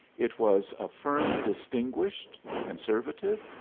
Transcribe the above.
it was a firm distinguished, conservative,